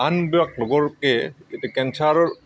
আনবিলাক ইয়াতে কেন্সাৰৰ